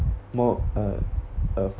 more uh uh